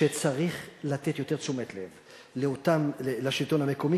שצריך לתת יותר תשומת לב לשלטון המקומי,